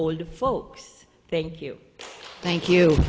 older folks thank you thank you